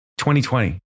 2020